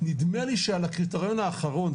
נדמה לי שעל הקריטריון האחרון,